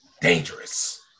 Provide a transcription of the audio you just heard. Dangerous